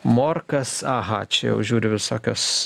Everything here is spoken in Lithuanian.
morkas aha čia jau žiūriu visokios